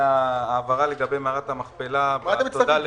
להעברה לגבי מערכת המכפלה --- מה את מצטרף?